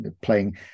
playing